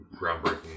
groundbreaking